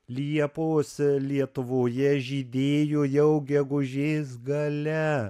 liepos lietuvoje žydėjo jau gegužės gale